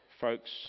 folks